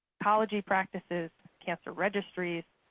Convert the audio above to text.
oncology practices, cancer registries,